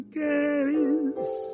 case